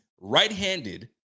right-handed